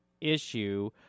issue